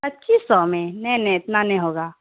پچیس سو میں نہیں نہیں اتنا نہیں ہوگا